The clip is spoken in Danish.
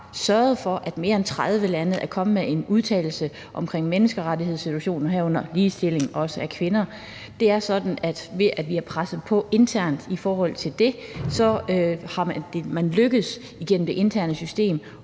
sørget for, at mere end 30 lande er kommet med en udtalelse om menneskerettighedssituationen, herunder ligestilling af kvinder. Det er sådan, at ved at vi har presset på internt for det, er det lykkedes gennem det interne system